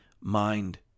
mind